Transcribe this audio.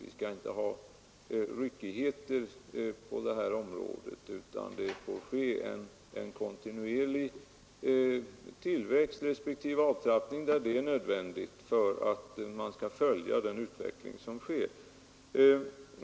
Vi skall inte ha ryckighet på detta område, utan det får ske en kontinuerlig tillväxt respektive avtrappning — där det är nödvändigt — för att man skall kunna följa utvecklingen.